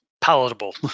palatable